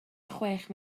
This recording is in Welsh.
chwech